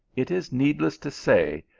it is needless to say,